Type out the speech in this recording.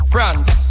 France